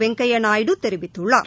வெங்கய்யா நாயுடு தெரிவித்துள்ளார்